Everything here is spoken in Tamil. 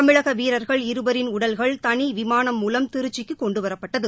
தமிழக வீரர்கள் இருவரின் உடல்கள் தனி விமானம் மூலம் திருச்சிக்கு கொண்டுவரப்பட்டது